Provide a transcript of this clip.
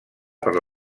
per